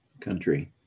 country